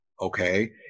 okay